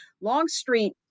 Longstreet